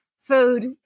food